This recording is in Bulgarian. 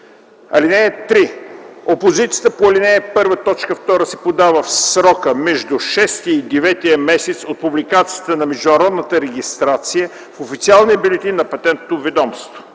(3) Опозицията по ал. 1, т. 2 се подава в срока между 6-ия и 9-ия месец от публикацията на международната регистрация в официалния бюлетин на Патентното ведомство.